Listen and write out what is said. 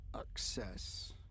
access